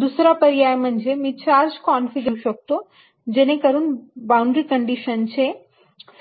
दुसरा पर्याय म्हणजे मी चार्ज कॉन्फिगरेशन शोधू शकतो जेणेकरून बाउंड्री कंडीशनसचे समाधान होईल